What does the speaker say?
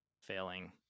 failing